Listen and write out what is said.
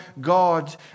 God